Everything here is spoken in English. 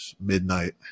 midnight